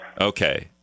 Okay